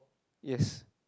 yes